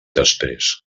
després